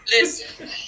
Listen